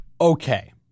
Okay